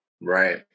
right